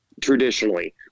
traditionally